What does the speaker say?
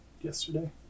yesterday